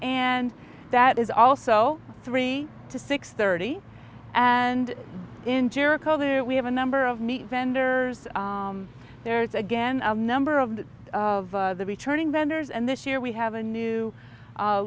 and that is also three to six thirty and in jericho there we have a number of neat vendors there is again a number of the of the returning vendors and this year we have a new